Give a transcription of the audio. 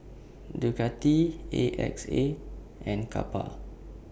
Ducati A X A and Kappa